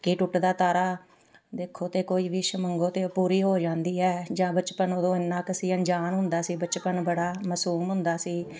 ਕਿ ਟੁੱਟਦਾ ਤਾਰਾ ਦੇਖੋ ਅਤੇ ਕੋਈ ਵਿਸ਼ ਮੰਗੋ ਅਤੇ ਉਹ ਪੂਰੀ ਹੋ ਜਾਂਦੀ ਹੈ ਜਾਂ ਬਚਪਨ ਉਦੋਂ ਇੰਨਾਂ ਕੁ ਸੀ ਅਨਜਾਨ ਹੁੰਦਾ ਸੀ ਬਚਪਨ ਬੜਾ ਮਾਸੂਮ ਹੁੰਦਾ ਸੀ